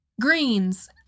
greens